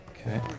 Okay